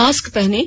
mask पहनें